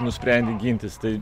nusprendi gintis tai